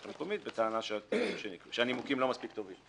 המקומית בטענה שהנימוקים לא מספיק טובים.